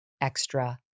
extra